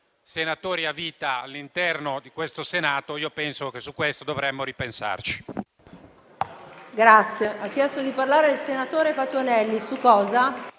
senatori a vita all'interno di questo Senato, io penso che su questo dovremmo ripensarci.